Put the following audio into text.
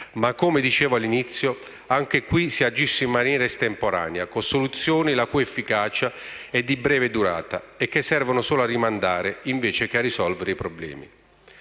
ma - come dicevo all'inizio - anche qui si agisce in maniera estemporanea, con soluzioni la cui efficacia è di breve durata e che servono solo a rimandare, invece che a risolvere i problemi.